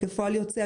כפועל יוצא,